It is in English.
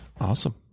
Awesome